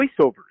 voiceovers